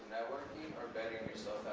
or bettering yourself